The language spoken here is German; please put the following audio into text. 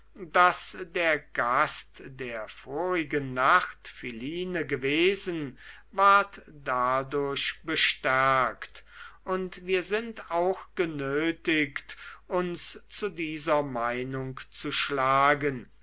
daß der gast der vorigen nacht philine gewesen ward dadurch bestärkt und wir sind auch genötigt uns zu dieser meinung zu schlagen